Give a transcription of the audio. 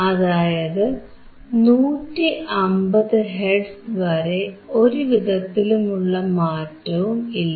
അതായത് 150 ഹെർട്സ് വരെ ഒരു വിധത്തിലുമുള്ള മാറ്റവും ഇല്ല